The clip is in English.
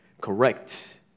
correct